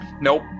Nope